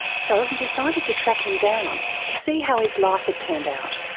so he decided to track him down to see how his life had turned out.